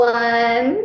one